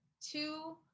two